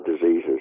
diseases